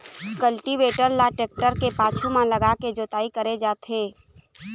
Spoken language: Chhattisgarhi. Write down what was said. कल्टीवेटर ल टेक्टर के पाछू म लगाके जोतई करे जाथे